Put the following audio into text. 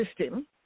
system